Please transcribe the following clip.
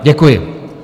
Děkuji.